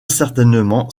certainement